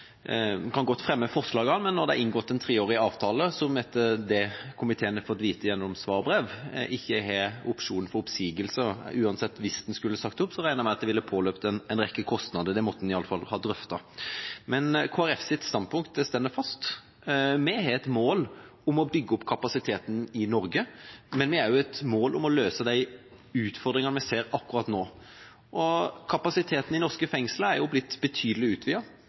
godt kan fremme forslagene, men det er inngått en treårig avtale som etter det komiteen har fått vite gjennom et svarbrev, ikke har opsjon for oppsigelse, men hvor det uansett, hvis den skulle bli sagt opp, ville ha påløpt – regner jeg med – en rekke kostnader, og det måtte man iallfall ha drøftet. Kristelig Folkepartis standpunkt står fast. Vi har et mål om å bygge opp kapasiteten i Norge, men vi har også et mål om å løse de utfordringene vi ser akkurat nå. Kapasiteten i norske fengsler er blitt betydelig